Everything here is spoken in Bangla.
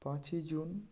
পাঁচই জুন